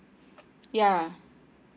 ya